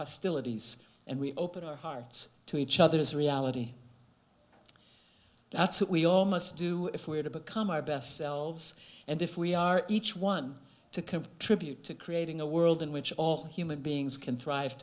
hostilities and we open our hearts to each other's reality that's what we all must do if we are to become our best selves and if we are each one to tribute to creating a world in which all human beings can thrive